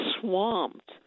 swamped